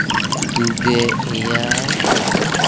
ᱛᱩᱜᱮ ᱮᱭᱟᱭ